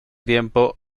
tiempo